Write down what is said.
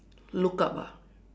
look up ah